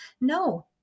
No